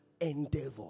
endeavor